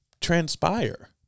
transpire